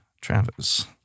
Travis